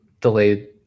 delayed